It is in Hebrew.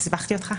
סיבכתי אותך?